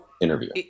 interview